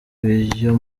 iyo